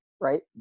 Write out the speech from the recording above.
right